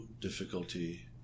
difficulty